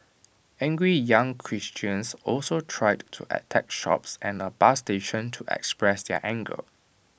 angry young Christians also tried to attack shops and A bus station to express their anger